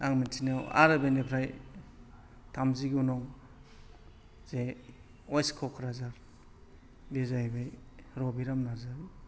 आं मिथिनायाव आरो बेनिफ्राय थामजिगु नं जे वेस्त कक्राझार बेयो जाहैबाय रबिराम नार्जारी